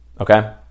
okay